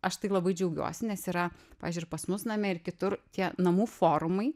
aš tai labai džiaugiuosi nes yra pavyzdžiui pas mus name ir kitur tie namų forumai